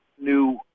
new